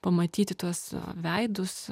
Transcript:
pamatyti tuos veidus